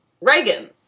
Reagan